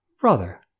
brother